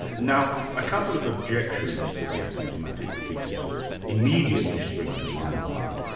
now a couple of objections to the acousmatic pieces immediately spring to my mind.